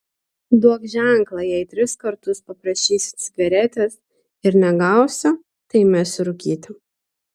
duok ženklą jei tris kartus paprašysiu cigaretės ir negausiu tai mesiu rūkyti